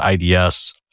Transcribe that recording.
IDS